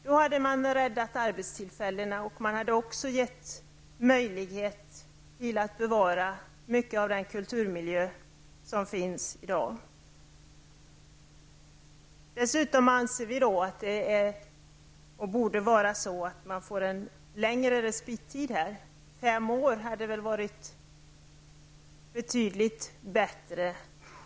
Då hade man räddat arbetstillfällena och hade också gett möjlighet till bevarande av mycket av den kulturmiljö som finns där i dag. Vi anser dessutom att man borde få en längre respittid. Fem år hade varit betydligt bättre.